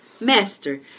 Master